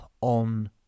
on